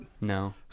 No